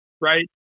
right